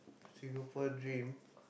Singapore dream